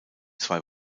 zwei